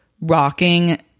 rocking